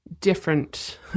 different